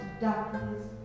darkness